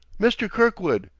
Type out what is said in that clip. mr. kirkwood!